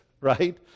right